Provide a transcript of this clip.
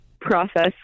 process